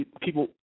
people